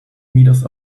meters